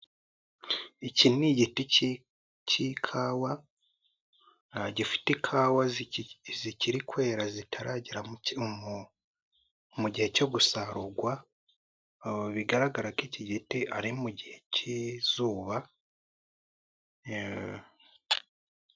Iki ni igiti k'ikawa, gifite ikawa zikiri kwera zitaragera mu gihe cyo gusarurwa, bigaragara ko iki giti ari mu gihe cy'izuba.